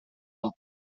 amb